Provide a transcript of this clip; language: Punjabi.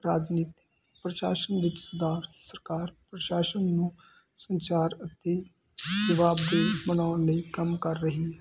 ਰਾਜਨੀਤੀ ਪ੍ਰਸ਼ਾਸਨ ਵਿਚ ਸਰਦਾਰ ਸਰਕਾਰ ਪ੍ਰਸ਼ਾਸਨ ਨੂੰ ਸੰਚਾਰ ਅਤੇ ਜਵਾਬ ਦੇਹੀ ਬਣਾਉਣ ਲਈ ਕੰਮ ਕਰ ਰਹੀ ਹੈ